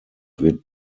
wird